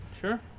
Sure